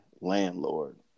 Landlord